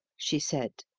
she said.